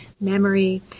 memory